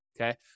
okay